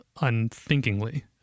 unthinkingly